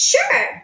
Sure